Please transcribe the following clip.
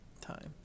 Time